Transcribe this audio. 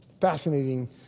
Fascinating